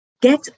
get